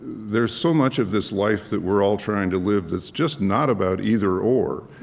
there's so much of this life that we're all trying to live that's just not about either or,